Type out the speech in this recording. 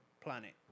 planet